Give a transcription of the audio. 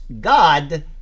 God